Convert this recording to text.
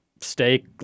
Steak